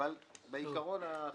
אבל בשל העיקרון האחר.